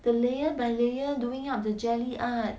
the layer by layer doing up the jelly art